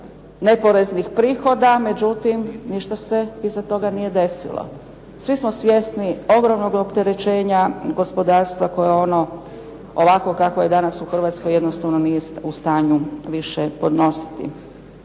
neporeznih prihoda, međutim ništa se iza toga nije desilo. Svi smo svjesni ogromnog opterećenja gospodarstva koje ono ovakvo kakvo je danas u Hrvatskoj jednostavno nije u stanju više podnositi.